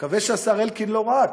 אני מקווה שהשר אלקין לא ראה,